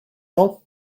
know